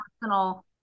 personal